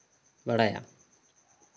ᱵᱟᱲᱟᱭᱟ